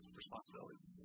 responsibilities